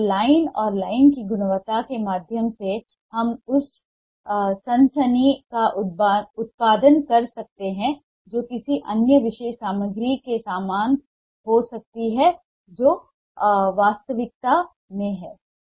तो लाइन और लाइन की गुणवत्ता के माध्यम से हम उस सनसनी का उत्पादन कर सकते हैं जो किसी अन्य विशेष सामग्री के समान हो सकती है जो वास्तविकता में है